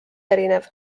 erinev